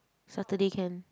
Saturday can